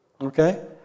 Okay